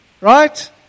Right